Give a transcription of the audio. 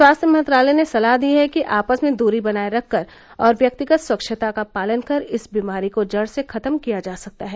स्वास्थ्य मंत्रालय ने सलाह दी है कि आपस में दूरी बनाए रखकर और व्यक्तिगत स्वच्छता का पालन कर इस बीमारी को जड़ से समाप्त किया जा सकता है